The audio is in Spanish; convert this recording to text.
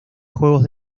juegos